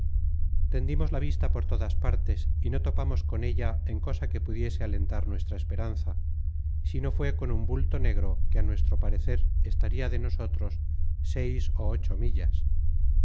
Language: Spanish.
tendimos la vista por todas partes y no topamos con ella en cosa que pudiese alentar nuestra esperanza si no fué con un bulto negro que a nuestro parecer estaria de nosotros seis ó ocho millas